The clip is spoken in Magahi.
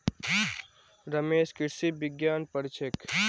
रमेश कृषि विज्ञान पढ़ छेक